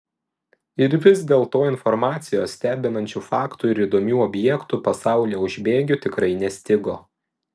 ir vis dėlto informacijos stebinančių faktų ir įdomių objektų pasaulyje už bėgių tikrai nestigo